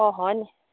অঁ হয়নি